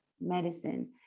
medicine